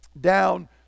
down